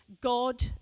God